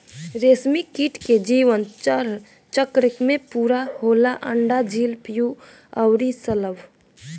रेशमकीट के जीवन चार चक्र में पूरा होला अंडा, इल्ली, प्यूपा अउरी शलभ